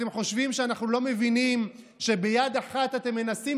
אתם חושבים שאנחנו לא מבינים שביד אחת אתם מנסים